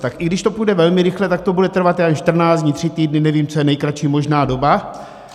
Tak i když to půjde velmi rychle, tak to bude trvat 14 dní, tři týdny, nevím, co je nejkratší možná doba.